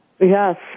Yes